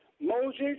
Moses